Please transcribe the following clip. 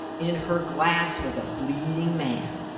in her glass was a bleeding man.